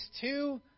two